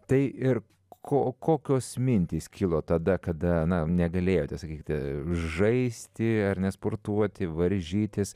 tai ir ko kokios mintys kilo tada kada na negalėjote sakykite žaisti ar ne sportuoti varžytis